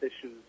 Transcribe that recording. issues